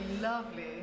lovely